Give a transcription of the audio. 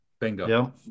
Bingo